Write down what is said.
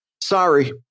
Sorry